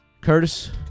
Curtis